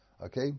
Okay